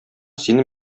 сине